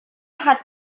hat